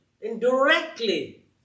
indirectly